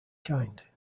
kind